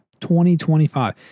2025